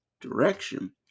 direction